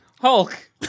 Hulk